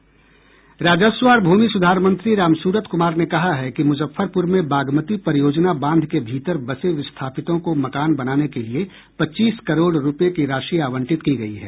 राजस्व और भूमि सुधार मंत्री रामसूरत कुमार ने कहा है कि मुजफ्फरपुर में बागमती परियोजना बांध के भीतर बसे विस्थापितों को मकान बनाने के लिए पच्चीस करोड़ रूपये की राशि आवंटित की गयी है